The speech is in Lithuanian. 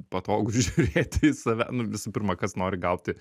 patogu žiūrėti į save nu visų pirma kas nori gauti